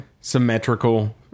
symmetrical